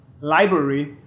library